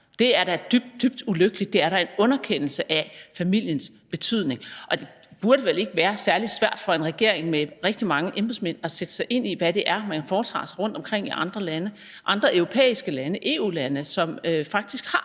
Det er da dybt, dybt ulykkeligt. Det er da en underkendelse af familiens betydning. Det burde vel ikke være særlig svært for en regering med rigtig mange embedsmænd at sætte sig ind i, hvad det er, man foretager sig rundtomkring i andre lande – andre europæiske lande, EU-lande, som faktisk har